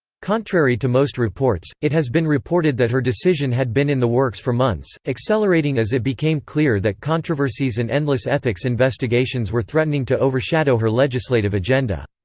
contrary to most reports, it has been reported that her decision had been in the works for months, accelerating as it became clear that controversies and endless ethics investigations were threatening to overshadow her legislative agenda.